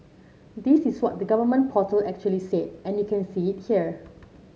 this is what the government portal actually said and you can see it here